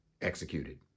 executed